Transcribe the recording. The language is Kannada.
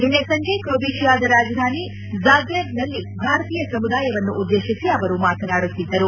ನಿನ್ನೆ ಸಂಜೆ ಕ್ರೊವೇಶಿಯಾದ ರಾಜಧಾನಿ ಝಾಗ್ರೆಬ್ನಲ್ಲಿ ಭಾರತೀಯ ಸಮುದಾಯವನ್ನು ಉದ್ದೇಶಿಸಿ ಅವರು ಮಾತನಾಡುತ್ತಿದ್ದರು